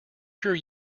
sure